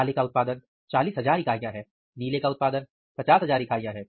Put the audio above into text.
काले का उत्पादन 40000 इकाइयां हैं नीले का उत्पादन 50000 इकाइयां है